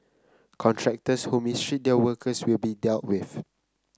contractors who mistreat their workers will be dealt with